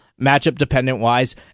matchup-dependent-wise